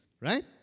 right